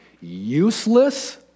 useless